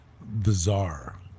bizarre